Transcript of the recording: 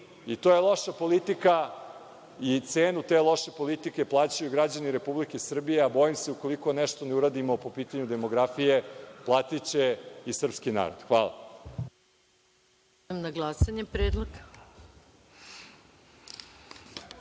i to je loša politika i cenu te loše politike plaćaju građani Republike Srbije, a bojim se ukoliko nešto ne uradimo po pitanju demografije platiće i srpski narod. Hvala.